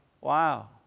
wow